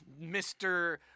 Mr